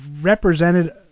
represented